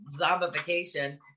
zombification